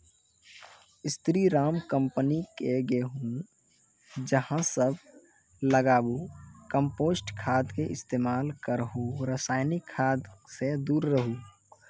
स्री Ram company के गेहूँ अहाँ सब लगाबु कम्पोस्ट खाद के इस्तेमाल करहो रासायनिक खाद से दूर रहूँ?